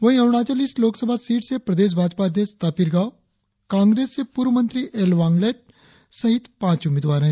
वहीं Arunachal east Lok Sabha seat से प्रदेश भाजपा अध्यक्ष तापिर गाव कांग्रेस से पूर्व मंत्री एल वांगलेट सहित पांच उम्मीदवार है